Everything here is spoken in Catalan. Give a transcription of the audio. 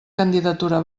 candidatura